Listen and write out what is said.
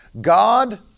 God